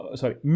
sorry